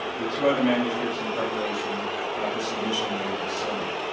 with two other manuscripts in preparation for submission later this summer.